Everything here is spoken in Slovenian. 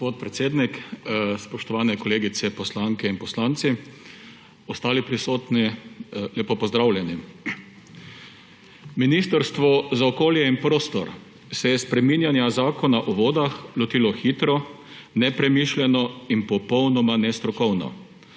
Gospod predsednik, spoštovane kolegice poslanke in poslanci, ostali prisotni, lepo pozdravljeni! Ministrstvo za okolje in prostor se je spreminjanja Zakona o vodah lotilo hitro, nepremišljeno in popolnoma nestrokovno.